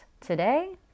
today